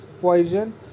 poison